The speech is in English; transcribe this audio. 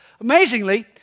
Amazingly